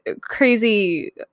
crazy